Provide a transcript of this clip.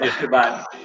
Goodbye